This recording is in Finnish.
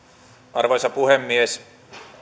arvoisa puhemies